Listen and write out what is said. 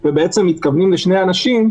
ובעצם מתכוונים לשני אנשים,